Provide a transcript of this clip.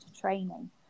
training